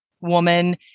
woman